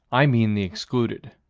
i mean the excluded.